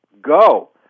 Go